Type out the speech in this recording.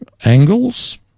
Angles